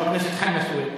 חבר הכנסת חנא סוייד,